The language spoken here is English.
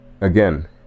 Again